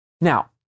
Now